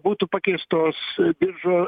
būtų pakeistos biržo